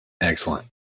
Excellent